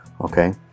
Okay